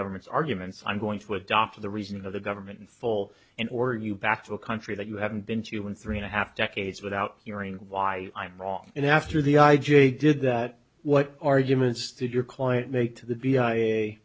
government's arguments i'm going to adopt the reasoning of the government in full and or you back to a country that you haven't been to in three and a half decades without hearing why i'm wrong and after the i g did that what arguments to your client make to the